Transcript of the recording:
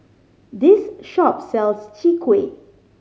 this shop sells Chwee Kueh